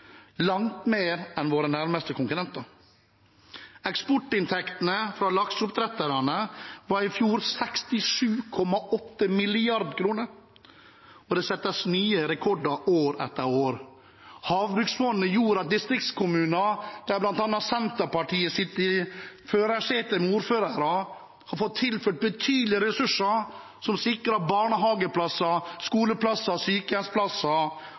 langt mer enn våre nærmeste konkurrenter. Eksportinntektene fra lakseoppdretterne var i fjor 67,8 mrd. kr., og det settes nye rekorder år etter år. Havbruksfondet gjorde at distriktskommuner der bl.a. Senterpartiet sitter i førersetet med ordførere, har fått tilført betydelige ressurser som sikrer barnehageplasser, skoleplasser og sykehjemsplasser,